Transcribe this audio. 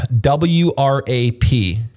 W-R-A-P